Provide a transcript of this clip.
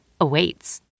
awaits